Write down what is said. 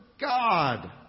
God